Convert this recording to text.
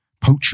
poacher